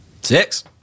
Six